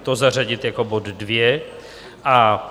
To zařadit jako bod 2.